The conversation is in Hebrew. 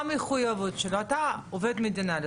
עם המעמד התעסוקתי שלהם.